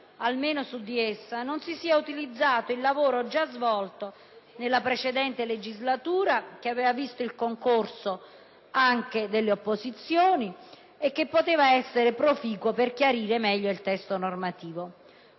almeno su di essa non si sia utilizzato il lavoro già svolto nella precedente legislatura, che aveva visto il concorso anche delle opposizioni e che poteva essere proficuo per chiarire meglio il testo normativo.